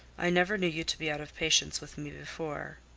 i never knew you to be out of patience with me before.